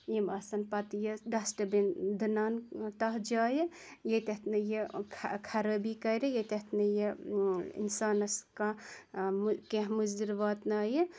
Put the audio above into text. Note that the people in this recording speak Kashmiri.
یِم آسَن پَتہٕ یہِ ڈَسٹہٕ بِن دٕنان تَتھ جایہِ ییٚتیٚتھ نہٕ یہِ خرٲبی کَرِ ییٚتیٚتھ نہٕ یہِ اِنسانَس کانٛہہ کینٛہہ مُزِر واتنایہِ